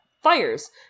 fires